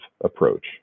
approach